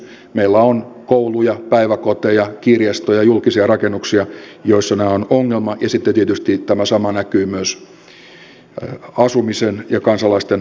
meillä on kouluja päiväkoteja kirjastoja julkisia rakennuksia joissa tämä on ongelma ja sitten tietysti tämä sama näkyy myös asumisen ja kansalaisten arkielämän puolella